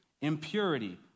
impurity